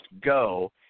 go